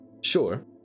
Sure